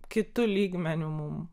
kitu lygmeniu mums